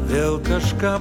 vėl kažką